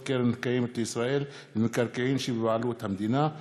קרן קיימת לישראל במקרקעין שבבעלות המדינה.